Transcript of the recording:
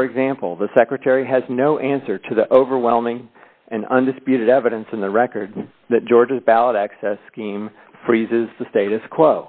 for example the secretary has no answer to the overwhelming and undisputed evidence in the record that george's ballot access scheme freezes the status quo